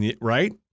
Right